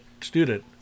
student